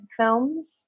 films